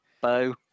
bow